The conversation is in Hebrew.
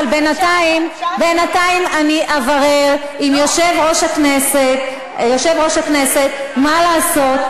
אבל בינתיים אני אברר עם יושב-ראש הכנסת מה לעשות.